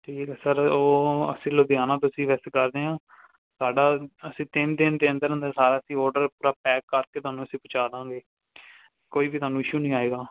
ਠੀਕ ਹੈ ਸਰ ਉਹ ਅਸੀਂ ਲੁਧਿਆਣਾ ਤਾਂ ਅਸੀਂ ਵੈਸੇ ਕਰਦੇ ਹਾਂ ਸਾਡਾ ਅਸੀਂ ਤਿੰਨ ਦਿਨ ਦੇ ਅੰਦਰ ਅੰਦਰ ਸਾਰਾ ਅਸੀਂ ਓਡਰ ਪੂਰਾ ਪੈਕ ਕਰਕੇ ਤੁਹਾਨੂੰ ਅਸੀਂ ਪਹੁੰਚਾ ਦੇਵਾਂਗੇ ਕੋਈ ਵੀ ਤੁਹਾਨੂੰ ਇਸ਼ੂ ਨਹੀਂ ਆਏਗਾ